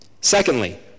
Secondly